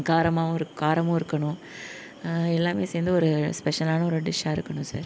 காரமாகவும் இருக் காரமும் இருக்கணும் எல்லாமே சேர்ந்து ஒரு ஸ்பெஷலான ஒரு டிஷ்ஷாக இருக்கணும் சார்